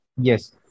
Yes